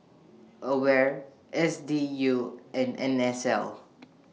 AWARE S D U and N S L